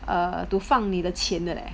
err to 放你的钱的 eh